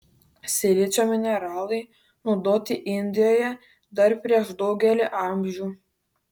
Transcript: silicio mineralai naudoti indijoje dar prieš daugelį amžių